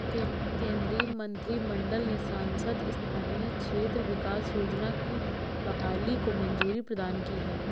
केन्द्रीय मंत्रिमंडल ने सांसद स्थानीय क्षेत्र विकास योजना की बहाली को मंज़ूरी प्रदान की है